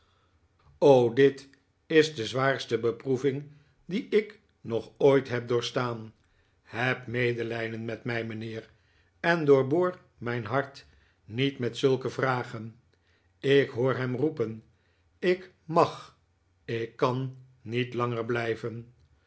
huwelijk is de zwaarste beproeving die ik nog ooit heb doorstaan heb medelijden met mij mijnheer en doorboor mijn hart niet met zulke vfagen ik hoor hem roepen ik mag ik kan niet langer blijven